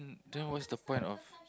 then what's the point of